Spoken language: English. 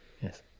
yes